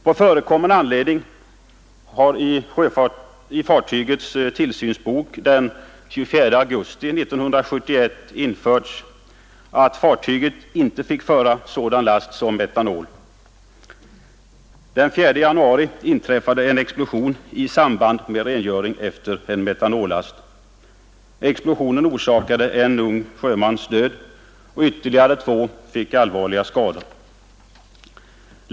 På förekommen anledning har i fartygets tillsynsbok den 24 augusti 1971 införts att fartyget inte fick föra sådan last som metanol. Den 4 januari 1972 inträffade en explosion i samband med rengöring efter en metanollast. Explosionen orsakade en ung sjömans död och ytterligare två personer fick allvarliga skador.